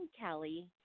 kelly